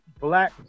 black